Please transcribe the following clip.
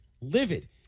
Livid